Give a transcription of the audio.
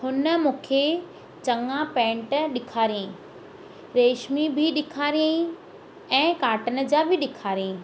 हुन मूंखे चङा पैंट ॾेखारई रेशमी बि ॾेखारई ऐं काटन जा बि ॾेखारई